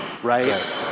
Right